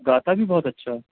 گاتا بھی بہت اچھا ہے